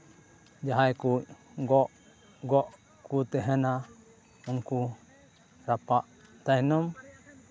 ᱡᱟᱦᱟᱸᱭ ᱠᱚ ᱜᱚᱜ ᱜᱚᱜ ᱠᱚ ᱛᱟᱦᱮᱱᱟ ᱩᱱᱠᱩ ᱨᱟᱯᱟᱜ ᱛᱟᱭᱱᱚᱢ